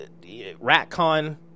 Ratcon